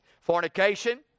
Fornication